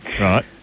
Right